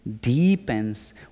deepens